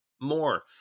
more